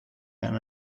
and